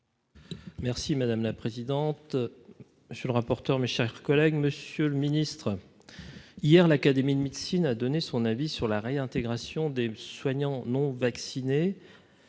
Merci madame la présidente, monsieur le rapporteur, mes chers collègues, monsieur le ministre, hier, l'Académie de médecine à donner son avis sur la réintégration des soignants non vaccinés,